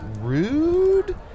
rude